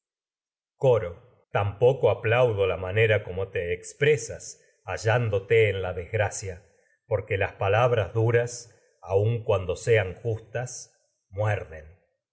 coro tampoco aplaudo la en manera te expre sas hallándote aun la desgracia porque las palabras duras cuando sean justas muerden